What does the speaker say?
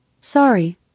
Sorry